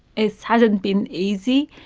it hasn't been easy,